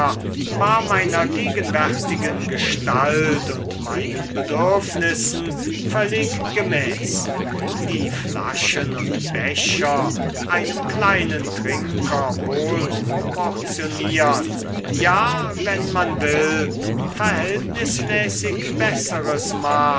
war meiner gegenwärtigen gestalt und meinen bedürfnissen völlig gemäß die flaschen und becher einem kleinen trinker wohl proportioniert ja wenn man will verhältnismäßig besseres